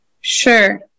Sure